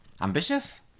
Ambitious